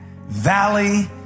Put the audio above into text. valley